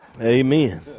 Amen